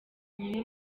umwe